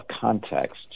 context